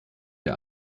der